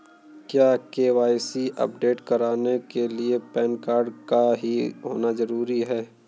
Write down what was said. क्या KYC update कराने के लिए पैन कार्ड का ही होना जरूरी है?